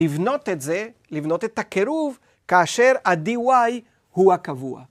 לבנות את זה, לבנות את הקירוב, כאשר ה-DY הוא הקבוע.